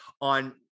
on